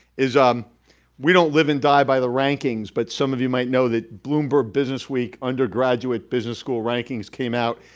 is um we don't live and die by the rankings. but some of you might know that bloomberg business week, undergraduate business school rankings came out.